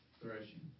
threshing